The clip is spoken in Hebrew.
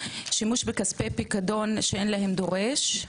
שימוש בכספי פיקדון שאין להם דורש,